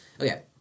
okay